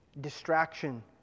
distraction